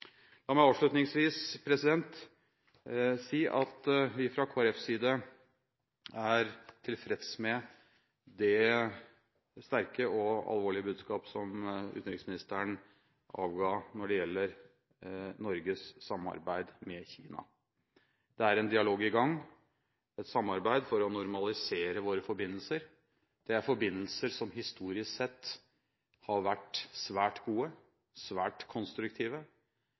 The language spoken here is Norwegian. La meg avslutningsvis si at vi fra Kristelig Folkepartis side er tilfreds med det sterke og alvorlige budskap som utenriksministeren avga når det gjelder Norges samarbeid med Kina. Det er en dialog i gang, et samarbeid for å normalisere våre forbindelser. Det er forbindelser som historisk sett har vært svært gode, svært konstruktive